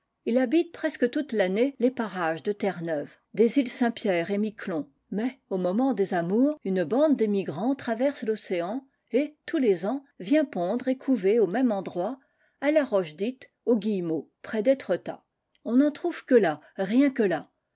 ii habite presque toute l'année les parages de terre-neuve des îles saint-pierre et miquelon mais au moment des amours une bande d'émigrants traverse l'océan et tous les ans vient pondre et couver au même endroit à la roche dite aux guillcmots près d'etretat on n'en trouve que là rien que là